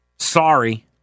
Sorry